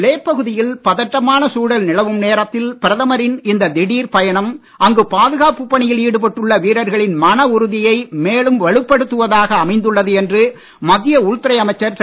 லே பகுதியில் பதட்டமான சூழல் நிலவும் நேரத்தில் பிரதமரின் இந்த திடீர் பயணம் அங்கு பாதுகாப்புப் பணியில் ஈடுபட்டுள்ள வீர்ர்களின் மன உறுதியை மேலும் வலுப்படுத்துவதாக அமைந்துள்ளது என்று மத்திய உள்துறை அமைச்சர் திரு